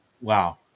Wow